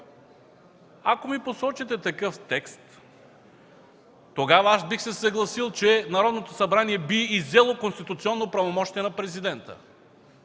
Ако ми посочите такъв текст, тогава бих се съгласил, че Народното събрание би иззело конституционно правомощие на президента.